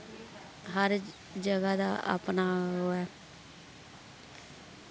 हर जगहदा अपना ओह् ऐ